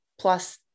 plus